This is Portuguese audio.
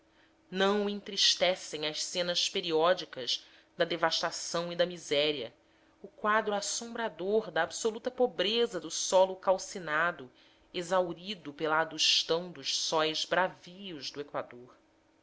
o entristecem as cenas periódicas da devastação e da miséria o quadro assombrador da absoluta pobreza do solo calcinado exaurido pela adustão dos sóis bravios do equador